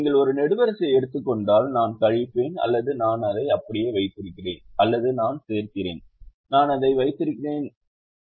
நீங்கள் ஒரு நெடுவரிசையை எடுத்துக் கொண்டால் நான் கழிப்பேன் அல்லது நான் அதை அப்படியே வைத்திருக்கிறேன் அல்லது நான் சேர்க்கிறேன் நான் அதை வைத்திருக்கிறேன் அதே